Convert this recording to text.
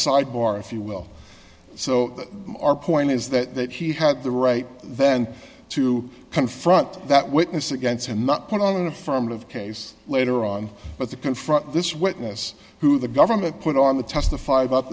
sidebar if you will so that our point is that that he had the right then to confront that witness against him not put on an affirmative case later on but to confront this witness who the government put on the testified about